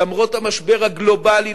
למרות המשבר הגלובלי,